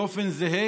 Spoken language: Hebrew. באופן זהה.